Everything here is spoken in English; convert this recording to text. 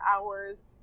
hours